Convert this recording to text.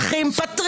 זו בעיה שלך.